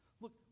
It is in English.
Look